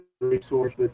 resource